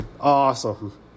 Awesome